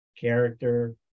character